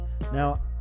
Now